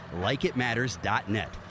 LikeItMatters.net